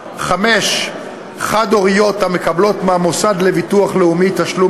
5. חד-הוריות המקבלות מהמוסד לביטוח לאומי תשלום